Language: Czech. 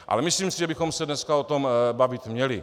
Ale myslím si, že bychom se dneska o tom bavit měli.